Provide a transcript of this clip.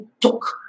took